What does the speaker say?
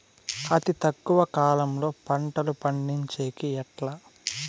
అతి తక్కువ కాలంలో పంటలు పండించేకి ఎట్లా?